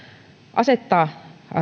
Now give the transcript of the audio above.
asettaa